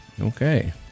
Okay